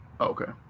Okay